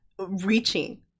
reaching